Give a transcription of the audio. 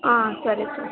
ಹಾಂ ಸರಿ ಸರ್